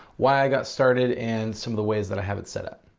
why i got started and some of the ways that i have it set up.